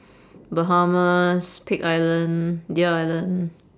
bahamas pig island deer island